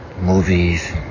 movies